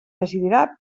decidirà